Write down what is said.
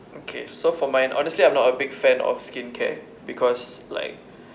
okay so for mine honestly I'm not a big fan of skincare because like